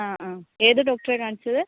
ആ ആ ഏത് ഡോക്ടറെയാണ് കാണിച്ചത്